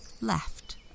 left